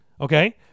okay